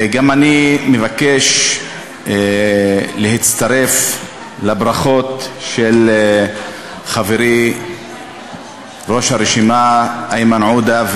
גם אני מבקש להצטרף לברכות של חברי ראש הרשימה איימן עודה,